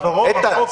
איתן,